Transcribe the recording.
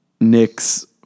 Nick's